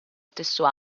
stesso